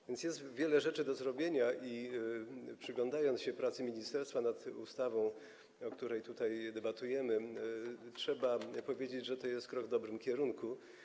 A więc jest wiele rzeczy do zrobienia i przyglądając się pracy ministerstwa nad ustawą, o której tutaj debatujemy, trzeba powiedzieć, że to jest krok w dobrym kierunku.